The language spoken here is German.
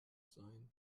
sein